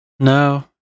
No